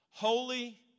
Holy